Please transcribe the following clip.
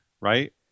right